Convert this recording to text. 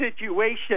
situation